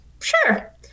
Sure